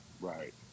right